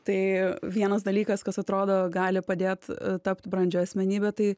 tai vienas dalykas kas atrodo gali padėt tapt brandžia asmenybe tai